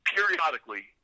Periodically